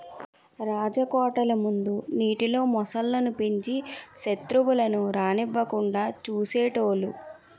రాజకోటల ముందు నీటిలో మొసళ్ళు ను పెంచి సెత్రువులను రానివ్వకుండా చూసేటోలు